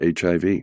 HIV